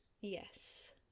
Yes